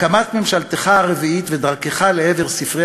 הקמת את ממשלתך הרביעית ודרכך לעבר ספרי